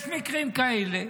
יש מקרים כאלה,